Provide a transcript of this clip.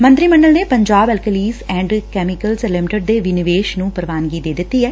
ਮੰਤਰੀ ਮੰਡਲ ਨੇ Punjab alkalies and chemicals limited ਦੇ ਵਿਨਿਵੇਸ਼ ਨੂੰ ਮਨਜੁਰੀ ਦੇ ਦਿੱਤੀ ਐ